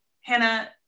Hannah